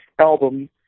album